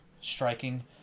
striking